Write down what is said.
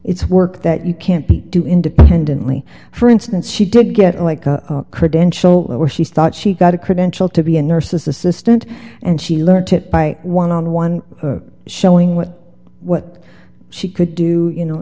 it's work that you can't do independently for instance she did get like a credential or she thought she got a credential to be a nurse's assistant and she learned to buy one on one showing what what she could do you know